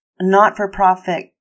not-for-profit